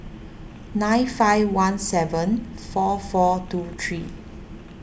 nine five one seven four four two three